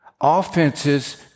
Offenses